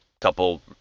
couple